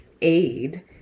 aid